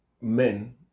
men